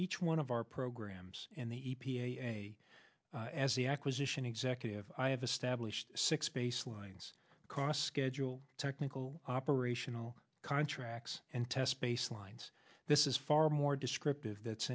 each one of our programs and the e p a as the acquisition executive i have established six baselines cost schedule technical operational contracts and test baselines this is far more descriptive that's